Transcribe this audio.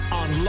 on